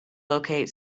locate